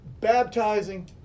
baptizing